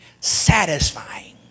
satisfying